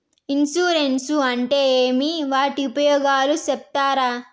Insurance అంటే ఏమి? వాటి ఉపయోగాలు సెప్తారా?